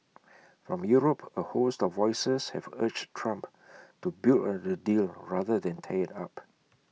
from Europe A host of voices have urged Trump to build on the deal rather than tear IT up